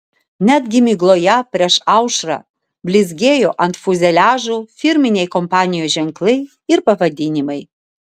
netgi migloje prieš aušrą blizgėjo ant fiuzeliažų firminiai kompanijų ženklai ir pavadinimai